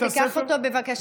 תיקח אותו, בבקשה.